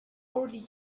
already